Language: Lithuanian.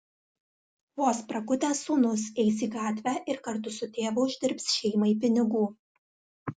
vos prakutęs sūnus eis į gatvę ir kartu su tėvu uždirbs šeimai pinigų